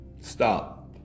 Stop